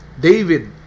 David